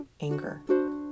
anger